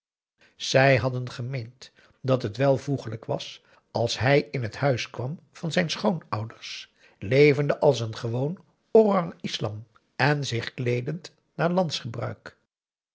zij hadden gemeend dat het welvoeglijk was als aum boe akar eel hij in het huis kwam van zijn schoonouders levende als een gewoon orang islam en zich kleedend naar